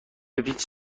بپیچ